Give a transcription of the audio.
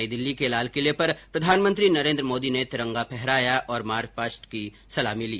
नई दिल्ली के लालकिले पर प्रधानमंत्री नरेन्द्र मोदी ने तिरंगा फहराया और मार्च पास्ट की सलामी ली